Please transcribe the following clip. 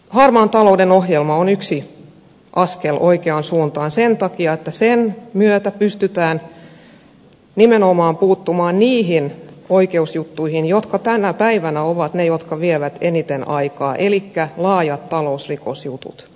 harmaan talouden ohjelma on yksi askel oikeaan suuntaan sen takia että sen myötä pystytään nimenomaan puuttumaan niihin oikeusjuttuihin jotka tänä päivänä ovat niitä jotka vievät eniten aikaa elikkä laajat talousrikosjutut